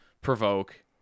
provoke